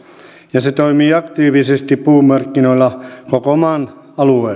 ja se toimii aktiivisesti puumarkkinoilla koko maan